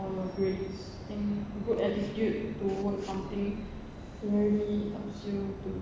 were great and good attitude to do something really helps you to